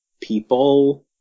people